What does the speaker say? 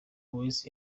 airways